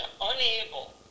unable